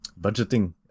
Budgeting